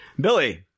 billy